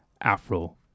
afro